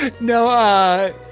No